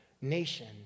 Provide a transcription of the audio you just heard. nation